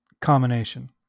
combination